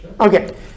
Okay